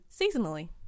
seasonally